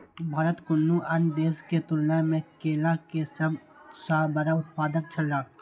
भारत कुनू अन्य देश के तुलना में केला के सब सॉ बड़ा उत्पादक छला